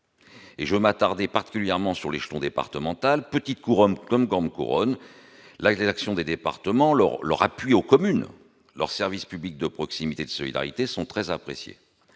Et je m'attarder particulièrement sur l'échelon départemental, petite couronne comme grande couronne la l'action des départements leur leur appui aux communes leurs services publics de proximité, de solidarité sont très appréciés,